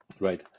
right